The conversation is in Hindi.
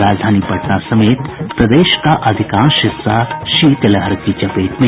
और राजधानी पटना समेत प्रदेश का अधिकांश हिस्सा शीत लहर की चपेट में